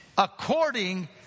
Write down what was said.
According